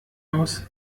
aus